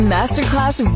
Masterclass